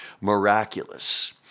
miraculous